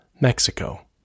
Mexico